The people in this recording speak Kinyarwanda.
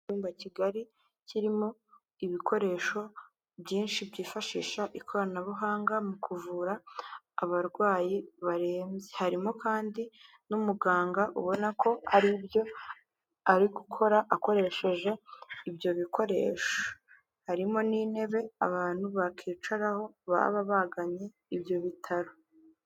Icyumba kigali kirimo ibikoresho byinshi byifashisha ikoranabuhanga mu kuvura abarwayi barembye, harimo kandi n'umuganga ubona ko hari ibyo ari gukora akoresheje ibyo bikoresho, harimo n'intebe abantu bakicaraho baba bagannye ibyo bitaro.